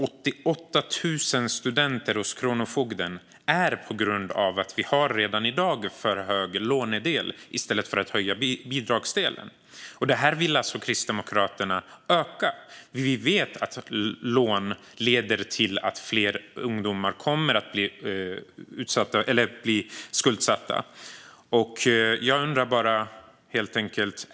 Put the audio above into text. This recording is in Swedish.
88 000 studenter finns hos kronofogden. Det är på grund av att det i dag finns en för hög lånedel i stället för en höjd bidragsdel. Lånedelen vill Kristdemokraterna alltså öka. Vi vet att lån leder till att fler ungdomar kommer att bli skuldsatta.